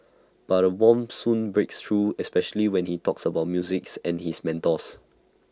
but A warmth soon breaks through especially when he talks about music and his mentors